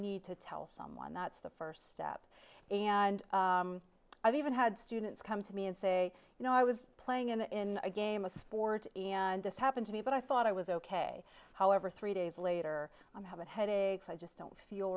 need to tell someone that's the first step and i've even had students come to me and say you know i was playing in a game of sports and this happened to me but i thought i was ok however three days later i have a headache so i just don't feel